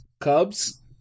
Cubs